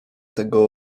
tego